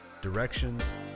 directions